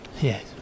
Yes